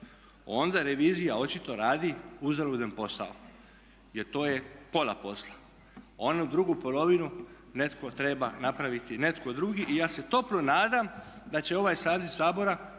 onda revizija očito radi uzaludan posao. Jer to je pola posla, onu drugu polovinu netko treba napraviti, netko drugi. Ja se toplo nadam da će ovaj saziv Sabora